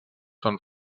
són